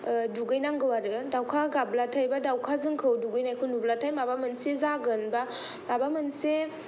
दुगैनांगौ आरो दाउखा गाब्लाथाय बा दाउखा जोंखौ दुगैनायखौ नुब्लाथाय माबा मोनसे जागोन बा माबा मोनसे